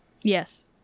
Yes